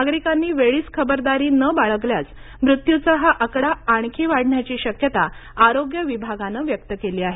नागरिकांनी वेळीच खबरदारी न बाळगल्यास मृत्यूचा हा आकडा आणखी वाढण्याची शक्यता आरोग्य विभागानं व्यक्त केली आहे